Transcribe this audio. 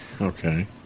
Okay